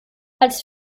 als